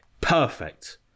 perfect